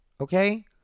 okay